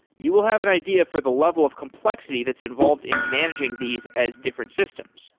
you will have an idea for the level of complexity that's involved in managing these as different systems